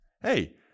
Hey